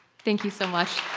thank you so much.